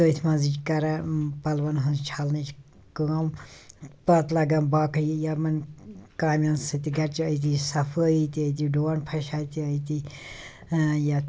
تٔتھۍ مَنٛزٕے چھِ کران پَلوَن ہٕنٛز چھَلنٕچ کٲم پَتہٕ لَگان باقٕے یہِ یِمَن کامٮ۪ن سۭتۍ تہِ گَرِ چھِ أتی صَفٲیی تہِ أتی ڈُوَن پھَشَہ تہِ أتی یَتھ